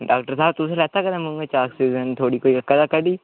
doctor साह्ब तुसें लैता कदें मुंहै च आक्सीजन थुआढ़ी कोई कदें करी